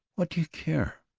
what do you care?